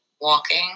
Walking